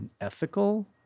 ethical